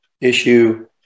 issue